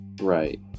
Right